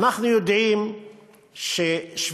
אנחנו יודעים ששביתות